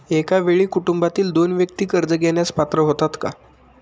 एका वेळी कुटुंबातील दोन व्यक्ती कर्ज घेण्यास पात्र होतात का?